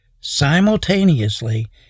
simultaneously